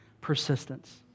persistence